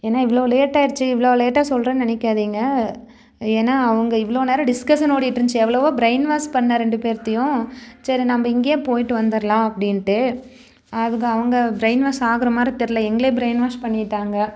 ஏன்னா இவ்வளோ லேட்டாயிருச்சு இவ்வளோ லேட்டாக சொல்கிறேன்னு நினைக்காதீங்க ஏன்னா அவங்க இவ்வளோ நேரம் டிஸ்கஷன் ஓடிகிட்டுருந்துச்சி எவ்வளவோ ப்ரைன்வாஷ் பண்னேன் ரெண்டு பேர்த்தையும் சரி நம்ம இங்கேயே போய்ட்டு வந்துடலாம் அப்படின்ட்டு அதுக்கும் அவங்க ப்ரைன்வாஷ் ஆகுறது மாதிரி தெரில எங்களை ப்ரைன்வாஷ் பண்ணிட்டாங்கள்